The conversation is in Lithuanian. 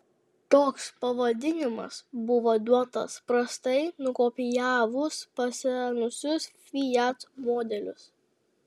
toks pavadinimas buvo duotas prastai nukopijavus pasenusius fiat modelius